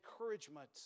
encouragement